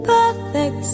Perfect